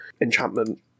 Enchantment